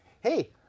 Hey